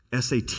SAT